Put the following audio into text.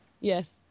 Yes